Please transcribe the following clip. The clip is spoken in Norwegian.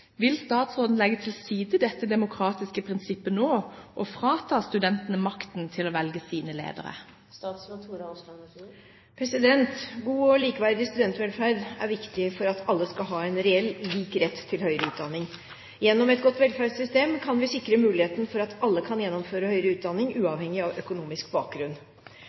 Vil statsråden legge til side dette demokratiske prinsippet og frata studentene makten til å velge sine ledere?» God og likeverdig studentvelferd er viktig for at alle skal ha en reell lik rett til høyere utdanning. Gjennom et godt velferdssystem kan vi sikre muligheten for at alle kan gjennomføre høyere utdanning uavhengig av økonomisk bakgrunn.